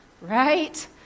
right